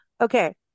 Okay